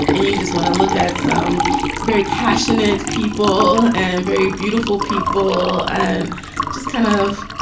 and you just want to look at some very passionate people and very beautiful people and just kind of.